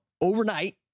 overnight